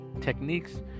techniques